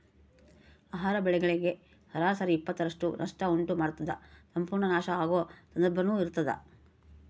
ಆಹಾರ ಬೆಳೆಗಳಿಗೆ ಸರಾಸರಿ ಇಪ್ಪತ್ತರಷ್ಟು ನಷ್ಟ ಉಂಟು ಮಾಡ್ತದ ಸಂಪೂರ್ಣ ನಾಶ ಆಗೊ ಸಂದರ್ಭನೂ ಇರ್ತದ